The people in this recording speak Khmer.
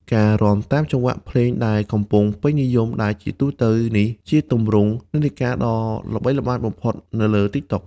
ការរាំតាមចង្វាក់ភ្លេងដែលកំពុងពេញនិយមដែលជាទូទៅ នេះជាទម្រង់និន្នាការដ៏ល្បីល្បាញបំផុតនៅលើ TikTok។